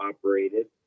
operated